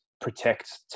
protect